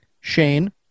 Shane